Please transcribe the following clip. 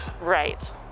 right